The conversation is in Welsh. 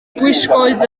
gwisgoedd